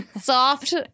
Soft